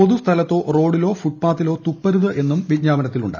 പൊതുസ്ഥലത്തോ റോഡിലോ ഫുട്പാത്തിലോ തുപ്പരുത് എന്നും വിജ്ഞാപനത്തിലുണ്ട്